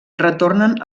retornen